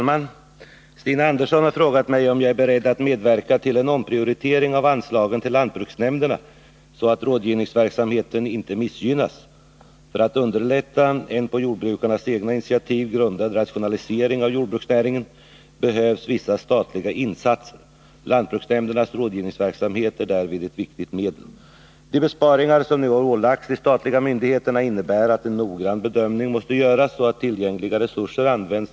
Lantbruksnämnderna sysslar i stor utsträckning med rådgivning, som, om den skall uppnå största möjliga effektivitet, innebär besök hos de enskilda företagarna. Kursverksamhet ingår också i deras arbetsuppgifter. Den nedskärning av reseanslaget med 2 20 som har föreslagits innebär stor risk för att resor inte kan företagas i den utsträckning som är nödvändig.